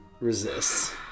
resists